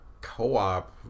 co-op